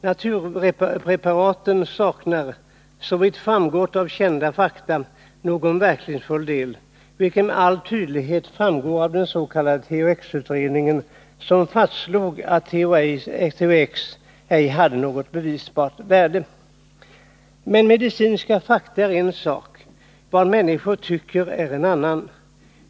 Naturpreparaten saknar — såvitt framgått av kända fakta — någon verkningsfull del, vilket med all tydlighet framgår av den s.k. THX-utredningen, som fastslog att THX ej hade något bevisbart värde. Men medicinska fakta är en sak. Vad människor tycker är en annan.